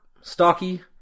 stocky